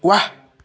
ৱাহ